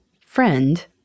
friend